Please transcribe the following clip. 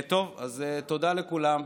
אז תודה לכולם,